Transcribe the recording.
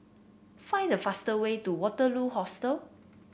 find the fastest way to Waterloo Hostel